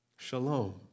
Shalom